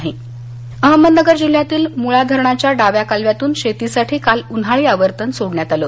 कालवा अहमदनगर अहमदनगर जिल्ह्यातील मुळा धरणाच्या डाव्या कालव्यातून शेतीसाठी काल उन्हाळी आवर्तन सोडण्यात आलं